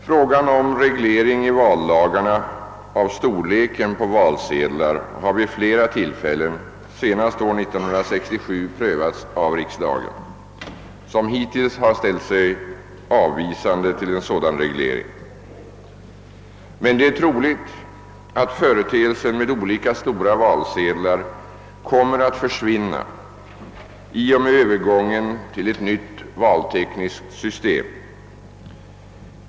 Frågan om reglering i vallagarna av storleken på valsedlar har vid flera tillfällen, senast år 1967, prövats av riks dagen, som hittills ställt sig avvisande till en sådan reglering. Det är emellertid troligt att företeelsen med olika stora valsedlar kommer att försvinna i och med övergången till ett nytt valtekniskt system.